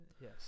Yes